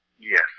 Yes